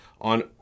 on